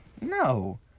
No